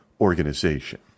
organization